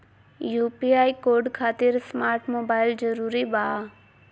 UPI code खातिर smart mobile जरूरी बा?